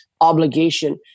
obligation